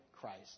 Christ